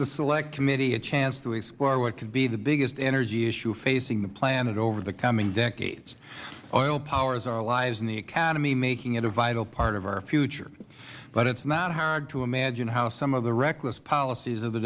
the select committee a chance to explore what could be the biggest energy issue facing the planet over the coming decades oil powers our allies and the economy making it a vital part of our future it is not hard to imagine how some of the reckless policies of the